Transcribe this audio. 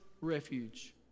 refuge